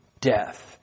death